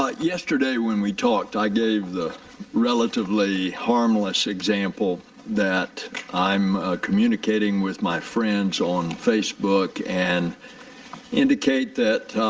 but yesterday, when we talked i gave the relatively harmless example that i'm communicating with my friends on facebook and indicate that